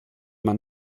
man